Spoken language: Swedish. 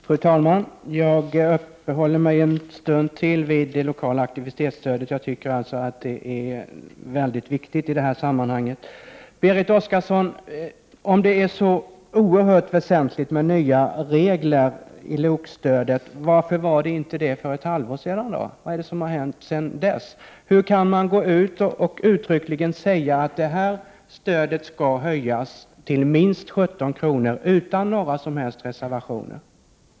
Fru talman! Jag skall uppehålla mig ytterligare en stund vid det lokala aktivitetsstödet, eftersom jag anser att det är en viktig del av det här betänkandet. Berit Oscarsson, om det nu är så oerhört väsentligt med nya regler för det lokala aktivitetsstödet, varför var det då inte lika väsentligt för ett halvår sedan? Vad har hänt sedan dess? Hur kan man uttryckligen säga att det här stödet skall höjas till minst 17 kr. utan några som helst reservationer?